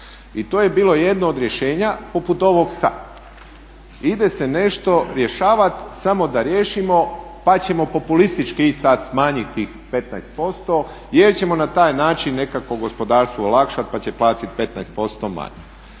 I to je bilo jedno od rješenja poput ovog sada. Ide se nešto rješavati samo da riješimo pa ćemo populistički sada smanjiti tih 15% jer ćemo na taj način nekako gospodarstvu olakšati pa će platiti 15% manje.